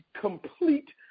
complete